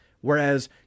Whereas